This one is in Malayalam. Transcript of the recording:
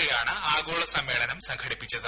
എ യാണ് ആഗോള സമ്മേളനം സംഘടിപ്പിച്ചത്